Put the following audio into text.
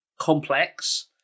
complex